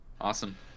Awesome